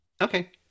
Okay